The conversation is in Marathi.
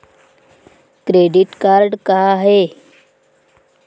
क्रेडिट कार्ड का हाय?